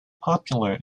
popular